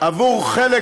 עבור חלק